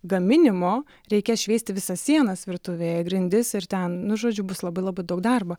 gaminimo reikia šveisti visas sienas virtuvėje grindis ir ten nu žodžiu bus labai labai daug darbo